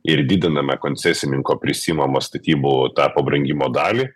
ir didiname koncesininko prisiimamą statybų tą pabrangimo dalį